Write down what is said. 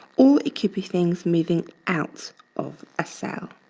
or it could be things moving out of a cell.